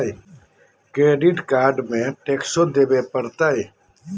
Credit card में टेक्सो देवे परते?